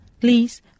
please